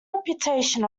reputation